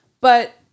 But-